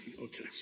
Okay